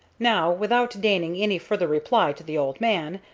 now, without deigning any further reply to the old man,